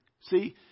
See